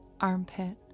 armpit